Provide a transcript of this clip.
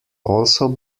also